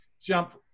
jump